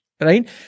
right